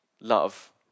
love